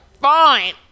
Fine